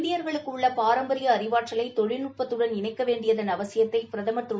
இந்தியர்களுக்கு உள்ள பாரம்பரிய அறிவாற்றலை தொழில்நுட்பத்துடன் இணைக்க வேண்டிய அவசியத்தை பிரதமர் திரு